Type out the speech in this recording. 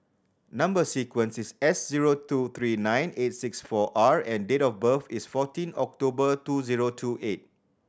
number sequence is S zero two three nine eight six four R and date of birth is fourteen October two zero two eight